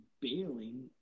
bailing